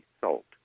salt